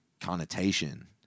connotation